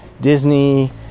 Disney